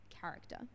character